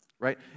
right